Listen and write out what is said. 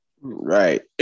right